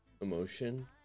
emotion